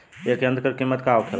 ए यंत्र का कीमत का होखेला?